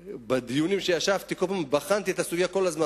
בדיונים שישבתי בחנתי את הסוגיה כל הזמן,